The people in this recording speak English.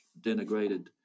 denigrated